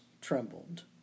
trembled